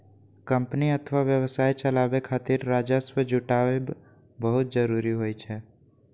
company अथवा व्यवसाय चलाबै खातिर राजस्व जुटायब बहुत जरूरी होइ छै